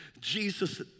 Jesus